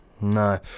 No